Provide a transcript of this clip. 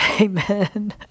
Amen